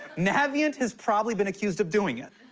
navient has probably been accused of doing it.